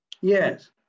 yes